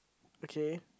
okay